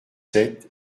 sept